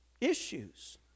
issues